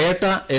Pettah S